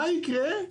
מה יקרה?